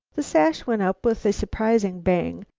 the sash went up with a surprising bang,